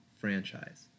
franchise